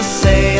say